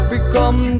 Become